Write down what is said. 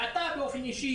ואתה באופן אישי,